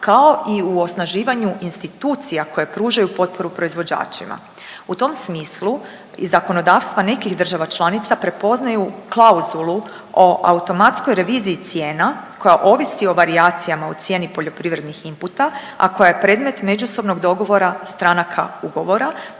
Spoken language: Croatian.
kao i u osnaživanju institucija koje pružaju potporu proizvođačima. U tom smislu i zakonodavstva nekih država članica prepoznaju klauzulu o automatskoj reviziji cijena koja ovisi o varijacijama u cijeni poljoprivrednih inputa, a koja je predmet međusobnog dogovora stranaka ugovora